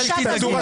אל תדאגי.